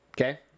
Okay